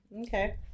Okay